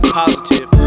positive